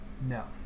No